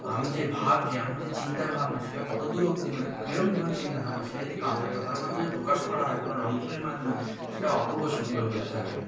আমি যে ভাবছি আমার যে চিন্তাভাবনা সেটা কত দূর অবধি মানে কিরকম ধরনের চিন্তাভাবনা সেটা যদি খাতার মাধ্যমে প্রকাশ করা হয় কোনও রং তুলির মাধ্যমে সেটা অপূর্ব সুন্দর হয়ে থাকে